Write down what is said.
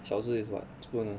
勺子 is what spoon